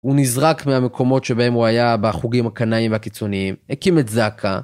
הוא נזרק מהמקומות שבהם הוא היה בחוגים הקנאים והקיצוניים, הקים את זקא